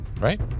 right